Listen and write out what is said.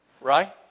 Right